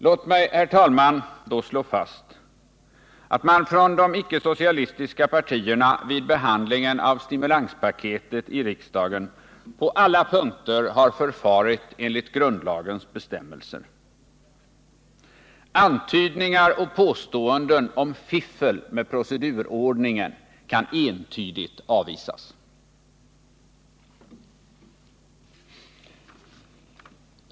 Låt mig, herr talman, då slå fast att man från de icke-socialistiska partierna vid behandlingen av stimulanspaketet i riksdagen på alla punkter har förfarit enligt grundlagens bestämmelser. Antydningar och påståenden om fiffel med procedurordningen kan entydigt avvisas.